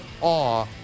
awe